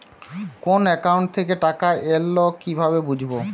কোন একাউন্ট থেকে টাকা এল কিভাবে বুঝব?